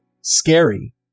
scary